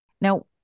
Now